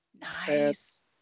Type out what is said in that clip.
Nice